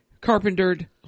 carpentered